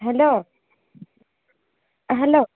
hello hello